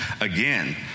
again